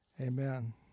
Amen